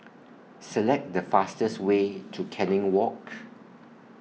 Select The fastest Way to Canning Walk